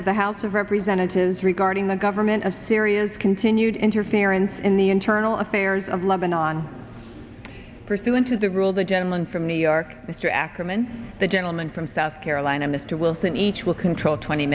of the house of representatives regarding the government of syria's continued interference in the internal affairs of lebanon pursuant to the rule the gentleman from new york mr ackerman the gentleman from south carolina mr wilson each will control twenty